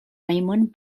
raymond